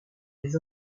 des